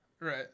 Right